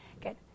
good